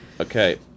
Okay